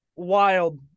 Wild